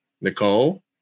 Nicole